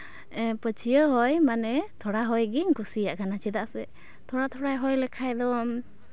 ᱯᱟᱹᱪᱷᱭᱟᱹ ᱦᱚᱭ ᱢᱟᱱᱮ ᱛᱷᱚᱲᱟ ᱦᱚᱭᱜᱤᱧ ᱠᱩᱥᱤᱭᱟᱜ ᱠᱟᱱᱟ ᱪᱮᱫᱟᱜ ᱥᱮ ᱢᱟᱱᱮ ᱛᱷᱚᱲᱟ ᱛᱷᱚᱲᱟᱭ ᱦᱚᱭ ᱞᱮᱠᱷᱟᱡ ᱫᱚ